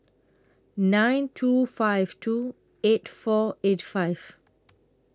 nine two five two eight four eight five